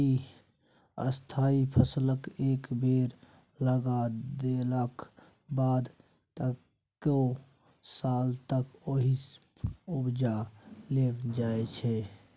स्थायी फसलकेँ एक बेर लगा देलाक बाद कतेको साल तक ओहिसँ उपजा लेल जाइ छै